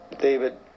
David